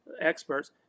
experts